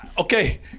Okay